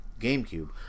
GameCube